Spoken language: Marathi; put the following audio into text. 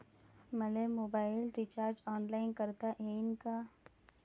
मले मोबाईल रिचार्ज ऑनलाईन करता येईन का?